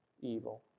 evil